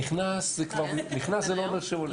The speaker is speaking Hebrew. נכנס, זה לא אומר שעולה.